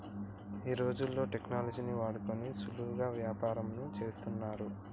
ఈ రోజుల్లో టెక్నాలజీని వాడుకొని సులువుగా యాపారంను చేత్తన్నారు